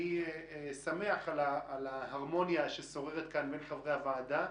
ואני שמח על ההרמוניה ששוררת כאן בין חברי הוועדה,